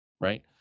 right